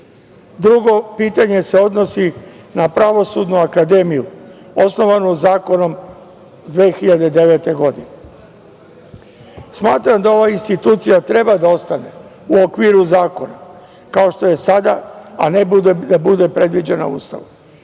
pitanje se odnosi na Pravosudnu akademiju, osnovanu Zakonom 2009. godine. Smatram da ova institucija treba da ostane u okviru zakona, kao što je sada, a ne da bude predviđena Ustavom.